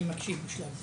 אני מקשיב בשלב זה.